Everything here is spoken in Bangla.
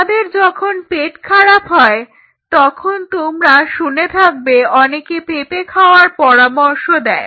আমাদের যখন পেট খারাপ হয় তখন তোমরা শুনে থাকবে অনেকে পেঁপে খাওয়ার পরামর্শ দেয়